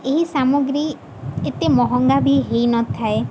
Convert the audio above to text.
ଏହି ସାମଗ୍ରୀ ଏତେ ମହଙ୍ଗା ବି ହୋଇନଥାଏ